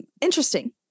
interesting